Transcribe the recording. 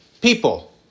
people